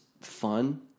fun